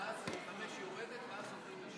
ואז 5 יורדת ובכן, הודיע לי